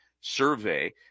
survey